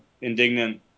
indignant